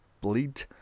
bleed